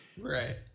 Right